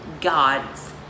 God's